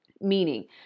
Meaning